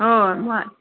हो मग